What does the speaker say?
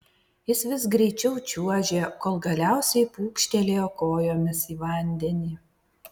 jis vis greičiau čiuožė kol galiausiai pūkštelėjo kojomis į vandenį